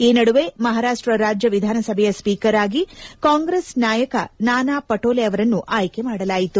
ಈ ನಡುವೆ ಮಹಾರಾಷ್ಟ ರಾಜ್ಯ ವಿಧಾನಸಭೆಯ ಸ್ವೀಕರ್ ಆಗಿ ಕಾಂಗ್ರೆಸ್ ನಾಯಕ ನಾನಾ ಪಟೋಲೆ ಅವರನ್ನು ಆಯ್ಕೆ ಮಾಡಲಾಯಿತು